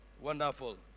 Wonderful